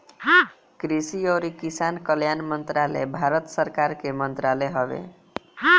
कृषि अउरी किसान कल्याण मंत्रालय भारत सरकार के मंत्रालय हवे